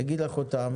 אני אגיד לך אותם,